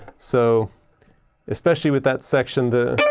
so especially with that section